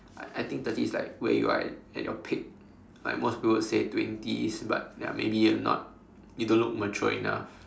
I think thirty is like where you are at at your peak like most towards say twenties but maybe you're not you don't look matured enough